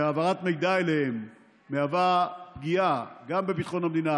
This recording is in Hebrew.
שהעברת מידע אליהם מהווה פגיעה גם בביטחון המדינה,